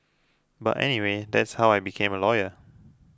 but anyway that's how I became a lawyer